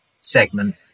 segment